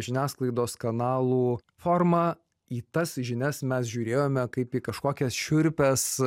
žiniasklaidos kanalų forma į tas žinias mes žiūrėjome kaip į kažkokias šiurpias